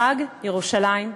חג ירושלים שמח.